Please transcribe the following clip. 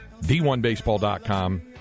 D1Baseball.com